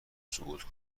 صعود